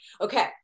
Okay